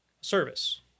service